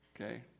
Okay